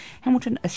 Hamilton